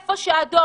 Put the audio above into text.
תטפלו במקום אדום